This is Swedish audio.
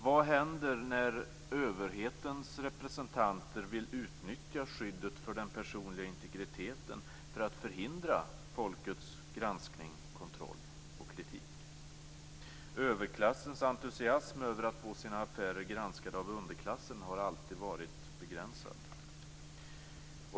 Vad händer när överhetens representanter vill utnyttja skyddet för den personliga integriteten för att förhindra folkets granskning, kontroll och kritik? Överklassens entusiasm över att få sina affärer granskade av underklassen har alltid varit begränsad.